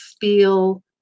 feel